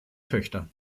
töchter